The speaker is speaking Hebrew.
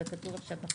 זה כתוב עכשיו בחוק?